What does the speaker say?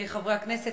חברי הכנסת,